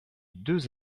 deux